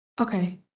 Okay